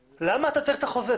למה אתה צריך את החוזה?